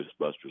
Ghostbusters